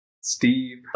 Steve